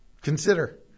consider